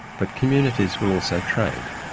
but communities will also trade.